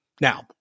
Now